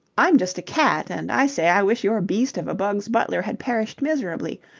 i'm just a cat, and i say i wish your beast of a bugs butler had perished miserably.